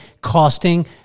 costing